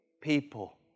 people